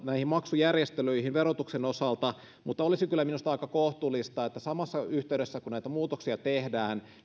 näihin maksujärjestelyihin verotuksen osalta mutta olisi kyllä minusta aika kohtuullista että samassa yhteydessä kun näitä muutoksia tehdään